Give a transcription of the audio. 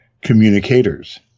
communicators